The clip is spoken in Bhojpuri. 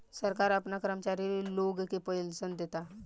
सरकार आपना कर्मचारी लोग के पेनसन देता